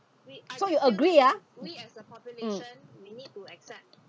so you agree ah mm